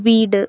வீடு